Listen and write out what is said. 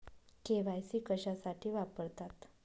KYC कशासाठी वापरतात?